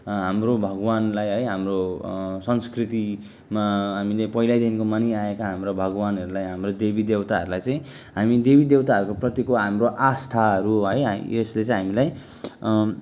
हाम्रो भगवानलाई है हाम्रो संस्कृतिमा हामीले पहिलैदेखिको मानिआएको हाम्रो भगवानहरूलाई हाम्रो देवीदेउताहरूलाई चाहिँ हामी देवीदेउताहरूको प्रतिको हाम्रो आस्थाहरू हो है यसले चाहिँ हामीलाई